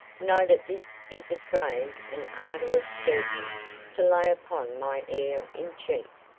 know that this is a strange and arduous burden to lay upon my heir in chief,